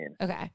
Okay